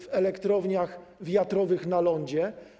w elektrowniach wiatrowych na lądzie.